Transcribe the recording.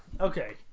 okay